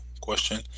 question